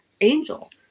angel